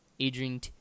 Adrian